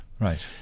Right